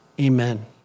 Amen